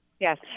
Yes